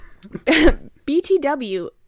BTW